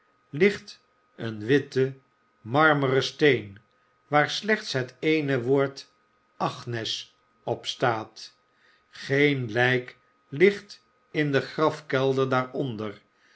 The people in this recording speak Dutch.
ligt een witte marmeren steen waar slechts het eene woord agnes op staat geen lijk ligt in den grafkelder daaronder